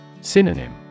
Synonym